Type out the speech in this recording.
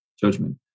judgment